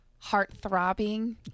Heart-throbbing